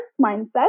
mindset